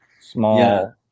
small